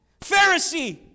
Pharisee